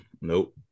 Nope